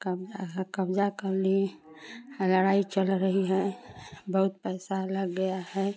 कब्जा हा कब्जा कर लिए लड़ाई चल रही है बहुत पैसा लग गया है